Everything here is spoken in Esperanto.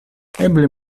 eble